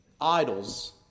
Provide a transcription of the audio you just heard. idols